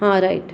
हां राईट